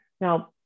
now